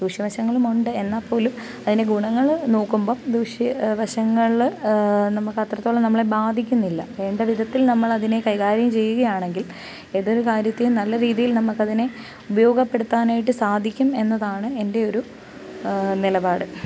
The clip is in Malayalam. ദൂശ്യ വശങ്ങളും ഉണ്ട് എന്നാൽ പോലും അതിന്റെ ഗുണങ്ങൾ നോക്കുമ്പം ദൂശ്യ വശങ്ങൾ നമുക്കെത്രത്തോളം നമ്മളെ ബാധിക്കുന്നില്ല വേണ്ട വിധത്തിൽ നമ്മളതിനെ കൈകാര്യം ചെയ്യുകയാണെങ്കിൽ ഏതൊരു കാര്യത്തെയും നല്ല രീതിയിൽ നമുക്കതിനെ ഉപയോഗപ്പെടുത്താനായിട്ട് സാധിക്കും എന്നതാണ് എൻ്റെ ഒരു നിലപാട്